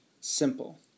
simple